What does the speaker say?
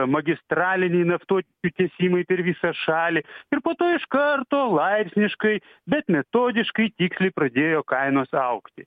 magistraliniai naftotiekio tiesimai per visą šalį ir po to iš karto laipsniškai bet metodiškai tiksliai pradėjo kainos augti